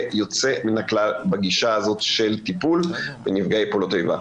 יוצא מן הכלל בגישה הזאת של טיפול בנפגעי פעולות האיבה.